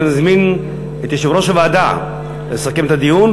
אני מזמין את יושב-ראש הוועדה לסכם את הדיון,